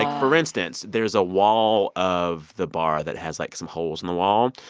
for instance, there's a wall of the bar that has, like, some holes in the wall.